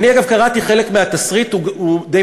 אני, אגב, קראתי חלק מהתסריט, הוא די